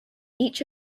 each